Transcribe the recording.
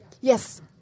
Yes